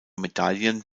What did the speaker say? medaillen